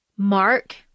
Mark